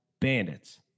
Bandits